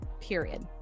period